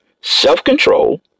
self-control